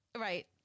Right